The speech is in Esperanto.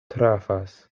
trafas